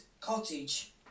cottage